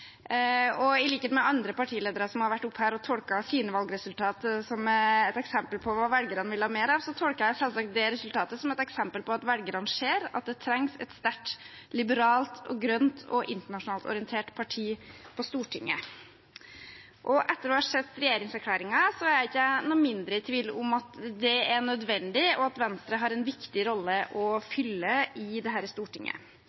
ofte. I likhet med andre partiledere som har vært her oppe og tolket sine valgresultat som et eksempel på hva velgerne vil ha mer av, tolker jeg selvsagt det resultatet som et eksempel på at velgerne ser at det trengs et sterkt, liberalt, grønt og internasjonalt orientert parti på Stortinget. Etter å ha sett regjeringserklæringen er jeg ikke noe mindre i tvil om at det er nødvendig, og at Venstre har en viktig rolle å